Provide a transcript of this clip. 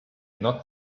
not